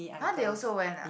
!huh! they also went ah